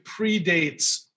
predates